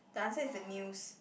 the answer is the news